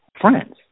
friends